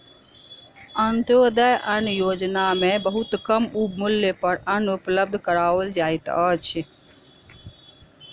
अन्त्योदय अन्न योजना में बहुत कम मूल्य पर अन्न उपलब्ध कराओल जाइत अछि